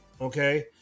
Okay